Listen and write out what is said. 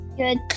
good